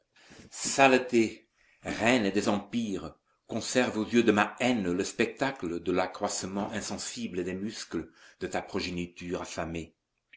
saleté reine des empires conserve aux yeux de ma haine le spectacle de l'accroissement insensible des muscles de ta progéniture affamée